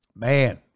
Man